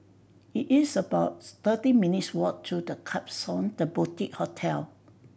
it is about thirteen minutes' walk to The Klapsons The Boutique Hotel